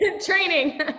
Training